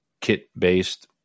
kit-based